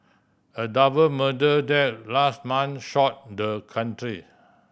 a double murder that last month shocked the country